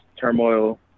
turmoil